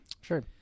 sure